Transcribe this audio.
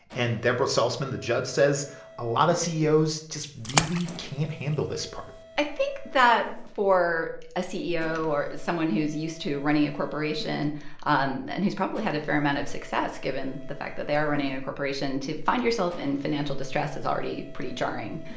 and deborah saltzman, the judge, says a lot of ceos just really can't handle this part i think that for a ceo or someone who's used to running a corporation and and who's probably had fair amount of success, given the fact that they are running a corporation to find yourself in financial distress is already pretty jarring.